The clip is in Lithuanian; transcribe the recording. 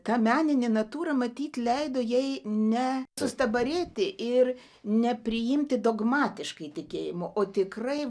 ta meninė natūra matyt leido jai ne sustabarėti ir nepriimti dogmatiškai tikėjimo o tikrai